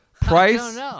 Price